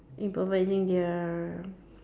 improvising their